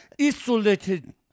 isolated